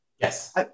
Yes